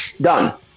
Done